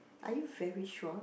are you very sure